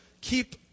keep